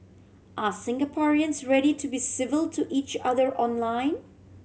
are Singaporeans ready to be civil to each other online